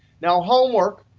now homework,